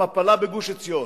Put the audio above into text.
המפלה בגוש-עציון.